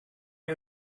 you